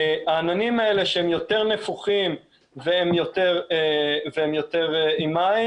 העננים האלה שהם יותר נפוחים והם יותר עם מים,